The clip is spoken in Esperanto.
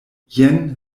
jen